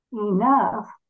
enough